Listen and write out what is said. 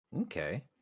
Okay